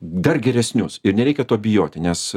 dar geresnius ir nereikia to bijoti nes